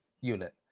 unit